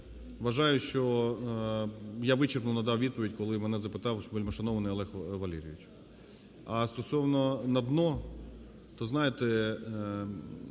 Вважаю, що я вичерпну надав відповідь, коли мене запитав вельмишановний Олег Валерійович. А стосовно "на дно", то, знаєте,